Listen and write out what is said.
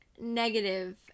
negative